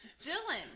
Dylan